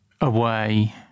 away